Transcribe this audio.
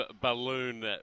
Balloon